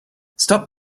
stop